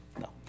no